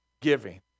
giving